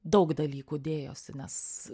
daug dalykų dėjosi nes